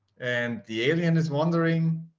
and the alien is wondering